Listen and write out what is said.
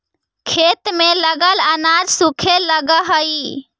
खेत में लगल अनाज सूखे लगऽ हई